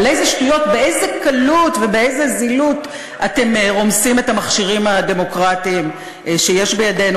באיזה קלות ובאיזה זילות אתם רומסים את המכשירים הדמוקרטיים שיש בידינו.